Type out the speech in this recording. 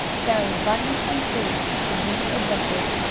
carrying bunny and sue to new adventures.